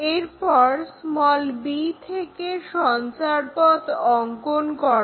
এরপর b থেকে সঞ্চারপথ অঙ্কন করো